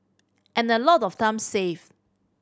and a lot of time save